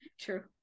True